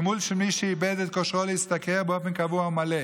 תגמול של מי שאיבד את כושרו להשתכר באופן קבוע ומלא,